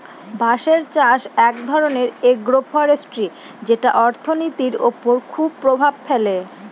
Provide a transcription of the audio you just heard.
বাঁশের চাষ এক ধরনের এগ্রো ফরেষ্ট্রী যেটা অর্থনীতির ওপর খুব প্রভাব ফেলে